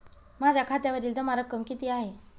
माझ्या खात्यावरील जमा रक्कम किती आहे?